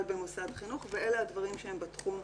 במוסד חינוך ואלה הדברים שהם בתחום.